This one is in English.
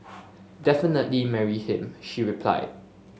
definitely marry him she replied